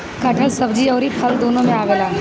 कटहल सब्जी अउरी फल दूनो में आवेला